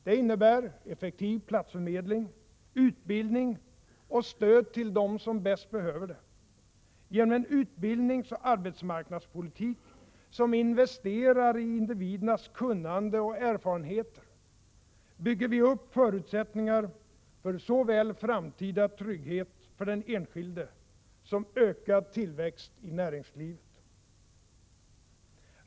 Den innebär effektiv platsförmedling, utbildning och stöd till dem som bäst behöver det. Genom en utbildningsoch arbetsmarknadspolitik som investerar i individernas kunnande och erfarenheter bygger vi upp förutsättningar för såväl framtida trygghet för den enskilde som ökad tillväxt i näringslivet.